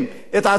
איפה קרה?